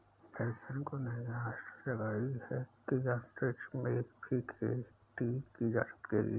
वैज्ञानिकों ने यह आशा जगाई है कि अंतरिक्ष में भी खेती की जा सकेगी